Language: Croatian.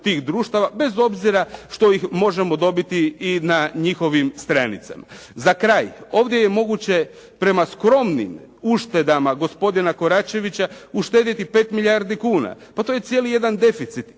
bez obzira što ih možemo dobiti i na njihovim stranicama. Za kraj, ovdje je moguće prema skromnim uštedama gospodina Koračevića uštedjeti 5 milijardi kuna. Pa to je cijeli jedan deficit